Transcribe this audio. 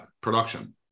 production